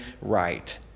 Right